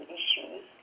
issues